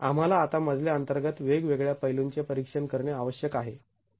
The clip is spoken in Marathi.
आम्हाला आता मजल्या अंतर्गत वेगवेगळ्या पैलूंचे परीक्षण करणे आवश्यक आहे